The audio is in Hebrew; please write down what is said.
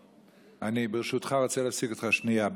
אני, ברשותך, רוצה להפסיק אותך שנייה.